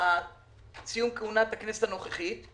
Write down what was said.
סיום כהונת הכנסת הנוכחית,